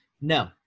No